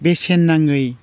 बेसेन नाङै